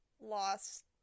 lost